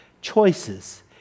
Choices